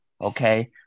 Okay